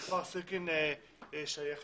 שהכפר שייך